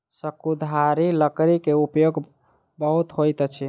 शंकुधारी लकड़ी के उपयोग बहुत होइत अछि